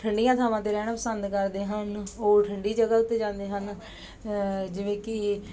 ਠੰਡੀਆਂ ਥਾਵਾਂ 'ਤੇ ਰਹਿਣਾ ਪਸੰਦ ਕਰਦੇ ਹਨ ਉਹ ਠੰਡੀ ਜਗ੍ਹਾ ਉੱਤੇ ਜਾਂਦੇ ਹਨ ਜਿਵੇਂ ਕਿ